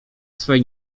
swej